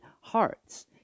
hearts